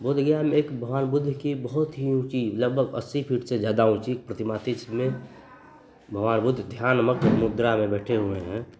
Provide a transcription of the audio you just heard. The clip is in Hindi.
बोधगया में एक भगवान बुद्ध की बहुत ही ऊँची लगभग अस्सी फ़ीट से ज़्यादा ऊँची प्रतिमा थी भगवान बुद्ध ध्यान मग्न मुद्रा में बैठे हुए हैं